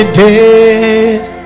days